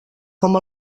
com